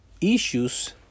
issues